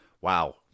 Wow